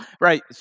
right